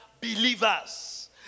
believers